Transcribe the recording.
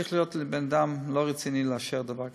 צריך להיות בן-אדם לא רציני לאשר דבר כזה,